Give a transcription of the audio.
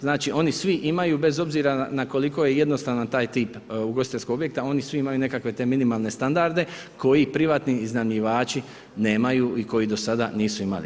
Znači oni svi imaju, bez obzira, na koliko je jednostavan taj tip ugostiteljskog objekta, oni svi imaju nekakve te minimalne standarde, koji privatni iznajmljivači nemaju i koji do sada nisu imali.